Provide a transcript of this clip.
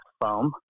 foam